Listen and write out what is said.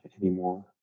anymore